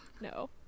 no